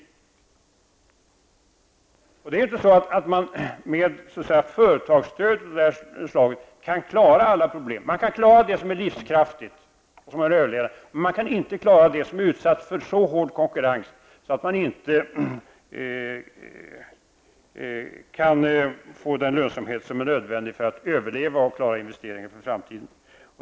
Vidare är det ju inte så, att man med företagsstöd av detta slag kan klara alla problem. Man kan klara det som är livskraftigt, som har möjligheter till överlevnad, men man kan inte klara det som är utsatt för så hård konkurrens att det inte går att uppnå lönsamhet som är nödvändig för att företaget skall överleva och klara investeringar för framtiden.